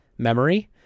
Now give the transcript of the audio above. memory